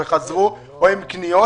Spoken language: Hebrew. אנשים שחזרו עם קניות.